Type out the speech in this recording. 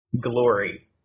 glory